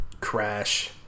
Crash